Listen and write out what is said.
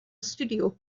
studio